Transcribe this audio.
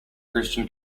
christian